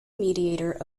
mediator